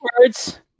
words